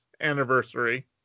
anniversary